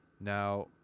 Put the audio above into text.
now